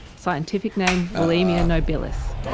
scientific name wollemia nobilis.